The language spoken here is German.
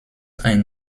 ein